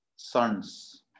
Sons